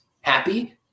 happy